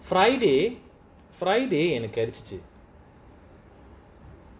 friday friday எனக்குகெடச்சுச்சு:enaku kedachuchu